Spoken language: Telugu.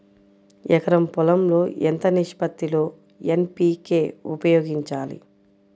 ఎకరం పొలం లో ఎంత నిష్పత్తి లో ఎన్.పీ.కే ఉపయోగించాలి?